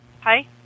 Hi